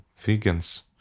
vegans